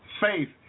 faith